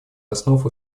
основ